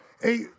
Hey